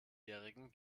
jährigen